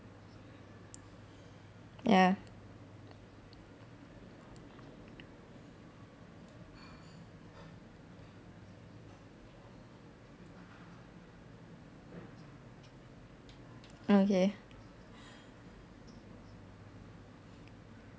ya okay